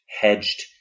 hedged